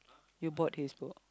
you bought his book